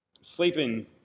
sleeping